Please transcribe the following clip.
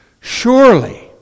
Surely